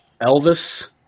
Elvis